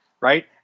right